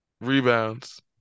rebounds